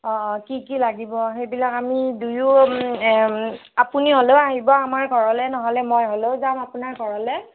অঁ অঁ কি কি লাগিব সেইবিলাক আমি দুয়ো এই আপুনি হ'লেও আহিব আমাৰ ঘৰলৈ নহ'লে মই হ'লেও যাম আপোনাৰ ঘৰলৈ